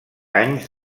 anys